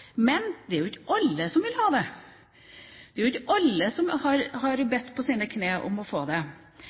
men det er jo ikke alle som vil ha det. Det er ikke alle som har bedt på sine knær om å få det,